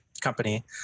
company